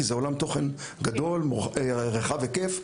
כי זה עולם תוכן גדול ורחב היקף,